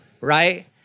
right